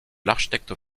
l’architecte